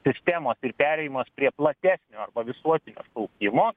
sistemos ir perėjimas prie platesnio visuotinio šaukimo